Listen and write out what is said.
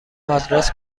آدرس